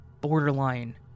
borderline